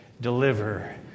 Deliver